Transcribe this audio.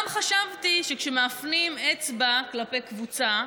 גם חשבתי שכשמפנים אצבע כלפי קבוצה,